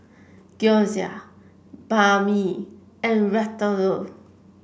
Gyoza Banh Mi and Ratatouille